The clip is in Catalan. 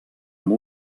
amb